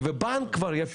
להוריד בחלק מהמקרים,